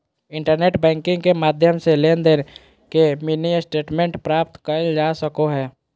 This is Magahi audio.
इंटरनेट बैंकिंग के माध्यम से लेनदेन के मिनी स्टेटमेंट प्राप्त करल जा सको हय